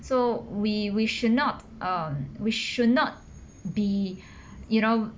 so we we should not um we should not be you know